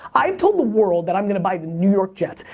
i've told the world that i'm gonna buy the new york jets.